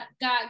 got